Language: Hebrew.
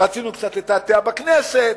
רצינו קצת לתעתע בכנסת.